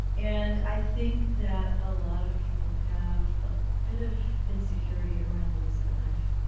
and i think that a lot of people have a bit of insecurity around the use of a knife.